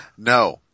No